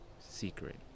secret